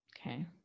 Okay